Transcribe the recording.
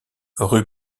rue